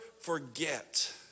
forget